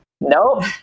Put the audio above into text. Nope